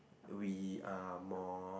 we are more